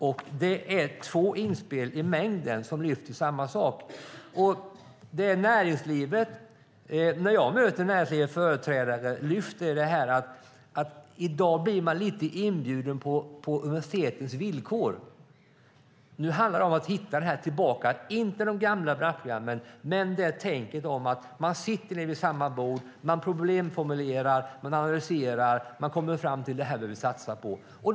Det här är två inspel i mängden som lyfter upp samma sak. När jag möter näringslivets företrädare lyfter de upp att man i dag blir inbjuden på universitetens villkor. Nu handlar det om att hitta tillbaka till inte de gamla branschprogrammen utan tänket om att sitta vid samma bord, problemformulera, analysera och komma fram till vad man behöver satsa på.